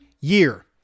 year